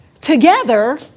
together